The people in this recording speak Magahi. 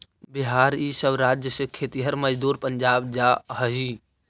बिहार इ सब राज्य से खेतिहर मजदूर पंजाब जा हई